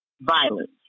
violence